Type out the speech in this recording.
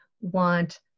want